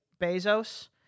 Bezos